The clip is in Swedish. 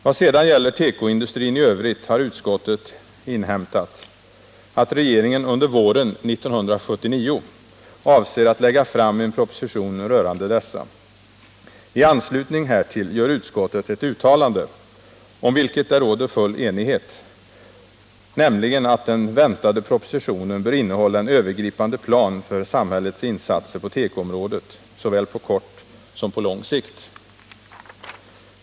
Vad sedan gäller tekoindustrin i övrigt har utskottet inhämtat att regeringen under våren 1979 avser att lägga fram en proposition rörande denna. I anslutning härtill gör utskottet ett uttalande, om vilket det råder full enighet, nämligen att den väntade propositionen bör innehålla en övergripande plan för samhällets insatser på tekoområdet såväl på kort som på lång sikt.